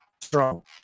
strong